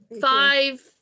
five